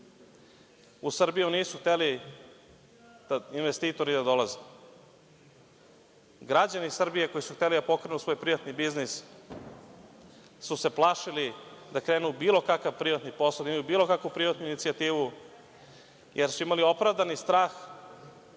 u Srbiju nisu hteli investitori da dolaze. Građani Srbije koji su hteli da pokrenu svoj privatni biznis su se plašili da krenu u bilo kakav privati posao, da imaju bilo kakvu privatnu inicijativu, jer su imali opravdani strah